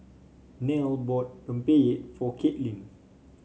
Nelle bought rempeyek for Kaitlin